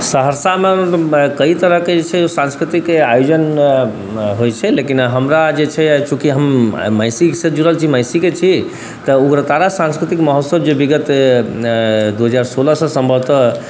सहरसामे मतलब कइ तरहके जे छै जे साँस्कृतिक आयोजन होइ छै लेकिन हमरा जे छै चूँकि हम महिषीसँ जुड़ल छी महिषीके छी तऽ उग्रतारा साँस्कृतिक महोत्सव जे विगत दुइ हजार सोलहसँ सम्भवतः